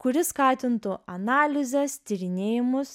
kuris skatintų analizes tyrinėjimus